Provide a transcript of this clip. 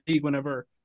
whenever